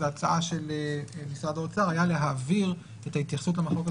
ההצעה של משרד האוצר הייתה להעביר את ההתייחסות למחלוקת